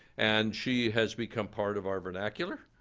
and she has become part of our vernacular.